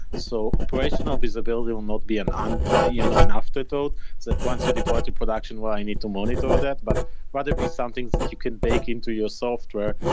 so operational visibility will not be an you know and afterthought, that once you deploy to production where i need to monitor that, but rather it be something that you can bake into your software,